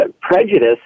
prejudice